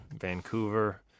Vancouver